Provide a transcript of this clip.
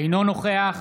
אינו נוכח